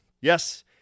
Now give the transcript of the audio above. Yes